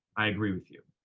i agree with you.